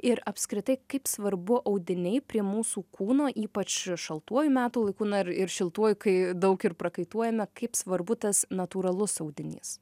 ir apskritai kaip svarbu audiniai prie mūsų kūno ypač šaltuoju metų laiku na ir ir šiltuoju kai daug ir prakaituojame kaip svarbu tas natūralus audinys